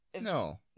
No